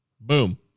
Boom